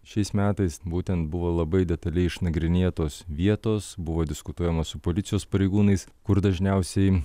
šiais metais būtent buvo labai detaliai išnagrinėtos vietos buvo diskutuojama su policijos pareigūnais kur dažniausiai